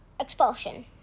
Expulsion